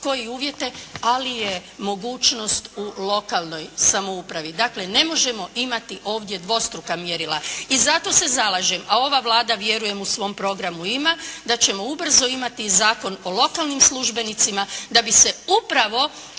koje uvjete ali je mogućnost u lokalnoj samoupravi. Dakle, ne možemo imati ovdje dvostruka mjerila. I zato se zalažem, a ova Vlada vjerujem u svom programu ima da ćemo ubrzo imati i Zakon o lokalnim službenicima da bi se upravo